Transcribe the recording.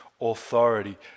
authority